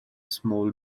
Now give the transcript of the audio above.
small